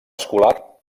escolar